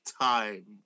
time